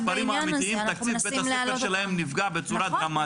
תקציב בית-הספר שלהם נפגע בצורה דרמטית..